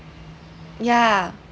yeah